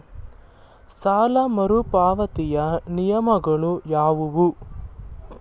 ಸಾಲ ಮರುಪಾವತಿಯ ನಿಯಮಗಳು ಯಾವುವು?